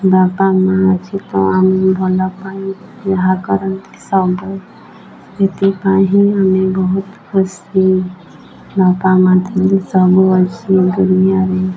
ବାପା ମା' ଅଛି ତ ଆମେ ଭଲ ପାଇଁ ଯାହା କରନ୍ତି ସବୁ ସେଥିପାଇଁ ହିଁ ଆମେ ବହୁତ ଖୁସି ବାପା ମା' ଥିଲେ ସବୁ ଅଛି ଦୁନିଆରେ